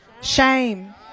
Shame